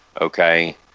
okay